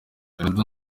canada